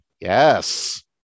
Yes